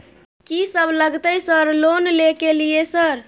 कि सब लगतै सर लोन ले के लिए सर?